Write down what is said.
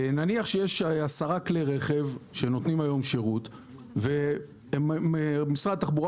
נניח שיש עשרה כלי רכב שנותנים היום שירות ומשרד התחבורה